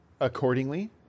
accordingly